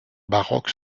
baroque